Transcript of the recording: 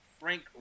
Frank